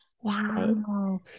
Wow